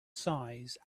size